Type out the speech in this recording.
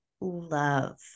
love